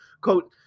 Quote